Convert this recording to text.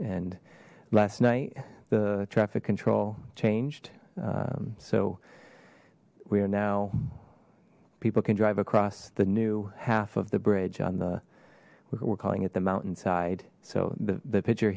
and last night the traffic control changed so we are now people can drive across the new half of the bridge on the we're calling it the mountainside so the pi